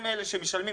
הם אלה שמשלמים,